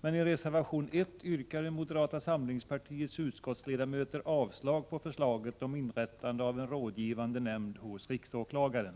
men i reservation 1 yrkar moderata samlingspartiets utskottsledamöter avslag på förslaget om inrättande av en rådgivande nämnd hos riksåklagaren.